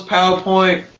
PowerPoint